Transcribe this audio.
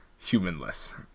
humanless